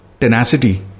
tenacity